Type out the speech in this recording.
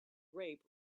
rape